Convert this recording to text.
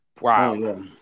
Wow